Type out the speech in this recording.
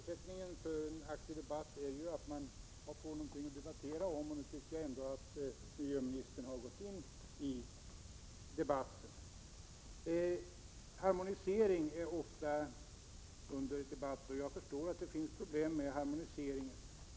Herr talman! Förutsättningen för en aktiv debatt är att man får någonting att debattera. Nu tycker jag ändå att miljöministern har gått in i debatten. Harmonisering är ofta under debatt, och jag förstår att det finns problem där.